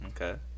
Okay